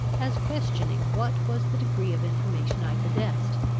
as questioning what was the degree of information i possessed,